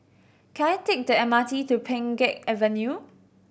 can I take the M R T to Pheng Geck Avenue